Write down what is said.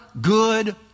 good